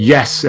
Yes